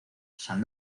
san